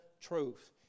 truth